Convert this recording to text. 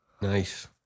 Nice